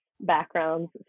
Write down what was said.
backgrounds